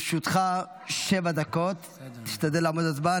לרשותך שבע דקות, תשתדל לעמוד בזמן.